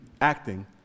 acting